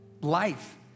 life